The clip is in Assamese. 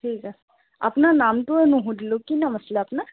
ঠিক আছে আপোনাৰ নামটোৱেই নুসুধিলোঁ কি নাম আছিলে আপোনাৰ